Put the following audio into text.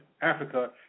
Africa